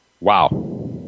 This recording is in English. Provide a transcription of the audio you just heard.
wow